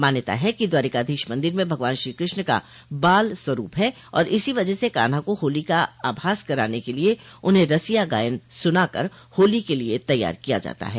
मान्यता है कि द्वारिकाधीश मंदिर में भगवान श्रीकृष्ण का बाल स्वरूप है और इसी वजह से कान्हा को होली का आभास कराने क लिए उन्हें रसिया गायन सुना कर होली क लिए तैयार किया जाता है